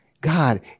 God